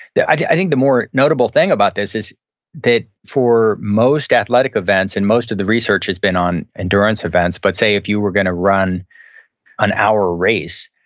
i think the more notable thing about this is that for most athletic events, and most of the research has been on endurance events, but say if you were gonna run an hour race,